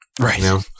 Right